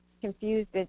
confused